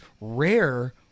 rare